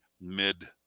mid